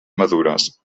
madures